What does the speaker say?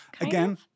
Again